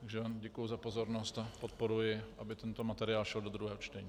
Takže vám děkuji za pozornost a podporuji, aby tento materiál šel do druhého čtení.